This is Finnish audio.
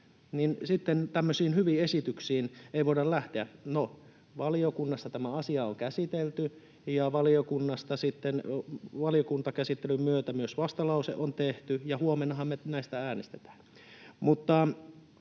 sitten tämmöisiin hyviin esityksiin ei voida lähteä. No, valiokunnassa tämä asia on käsitelty, ja valiokuntakäsittelyn myötä myös vastalause on tehty, ja huomennahan me näistä äänestetään.